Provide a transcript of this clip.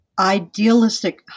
idealistic